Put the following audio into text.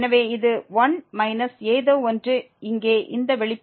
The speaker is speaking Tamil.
எனவே இது 1 மைனஸ் ஏதோ ஒன்று இங்கே இந்த வெளிப்பாடு 1 1x